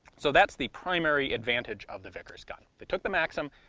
so that's the primary advantage of the vickers gun, they took the maxim,